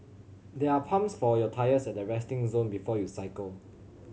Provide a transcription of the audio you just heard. there are pumps for your tyres at the resting zone before you cycle